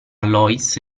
loïs